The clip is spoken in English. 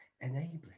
enabling